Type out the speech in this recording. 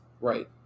Right